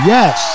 Yes